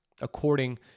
according